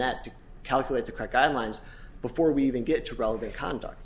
that to calculate the guidelines before we even get to relevant conduct